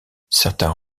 certains